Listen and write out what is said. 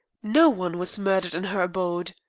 no one was murdered in her abode.